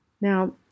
Now